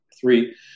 Three